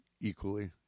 equally